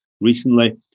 recently